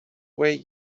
way